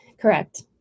Correct